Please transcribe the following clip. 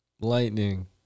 Lightning